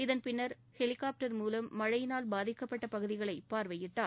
இதன் பின்னர் ஹெலிகாப்டர் மூலம் மழையினால் பாதிக்கப்பட்ட பகுதிகளை பார்வையிட்டார்